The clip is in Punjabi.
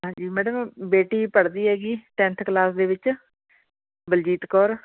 ਹਾਂਜੀ ਮੈਡਮ ਬੇਟੀ ਪੜ੍ਹਦੀ ਹੈਗੀ ਟੈਂਨਥ ਕਲਾਸ ਦੇ ਵਿੱਚ ਬਲਜੀਤ ਕੌਰ